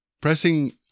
Pressing